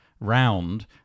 round